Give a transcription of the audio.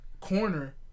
corner